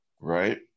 right